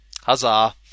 huzzah